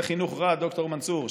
זה חינוך רע, ד"ר מנסור.